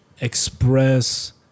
express